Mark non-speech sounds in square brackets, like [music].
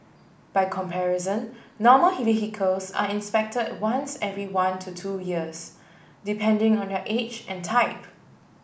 by comparison normal [unintelligible] are inspected once every one to two years depending on their age and type